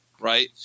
right